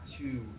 two